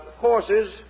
courses